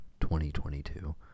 2022